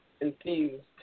infused